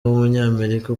w’umunyamerika